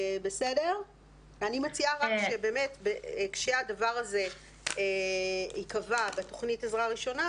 אני מציעה שכשהדבר הזה ייקבע בתכנית עזרה ראשונה,